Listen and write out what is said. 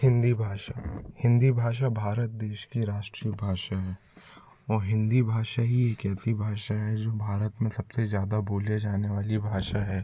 हिन्दी भाषा हिन्दी भाषा भारत देश की राष्ट्रीय भाषा है औ हिन्दी भाषा ही एक ऐसी भाषा है जो भारत में सब से ज़्यादा बोले जाने वाली भाषा है